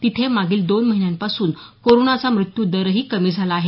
तिथे मागील दोन महिन्यांपासून कोरोनाचा मृत्यू दरही कमी झाला आहे